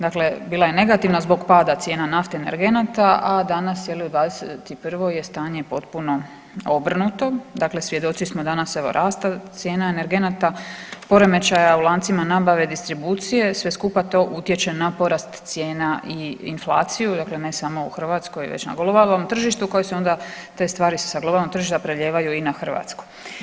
Dakle bila je negativna zbog pada cijena nafte i energenata, a danas, je li, u '21. je stanje potpuno obrnuto, dakle svjedoci smo danas evo, rasta cijena energenata, poremećaja u lancima nabave, distribucije, sve skupa to utječe na porast cijena i inflaciju, dakle ne samo u Hrvatskoj već na ... tržištu koje se onda te stvari se sa globalnog tržišta prelijevaju i na Hrvatsku.